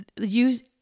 use